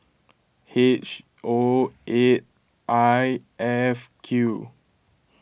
H O eight I F Q